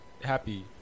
happy